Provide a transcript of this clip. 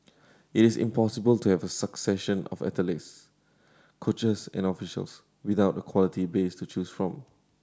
it is impossible to have a succession of athletes coaches and officials without a quality base to choose from